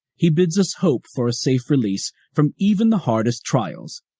he bids us hope for a safe release from even the hardest trials,